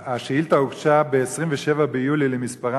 השוטרים ניגשו אל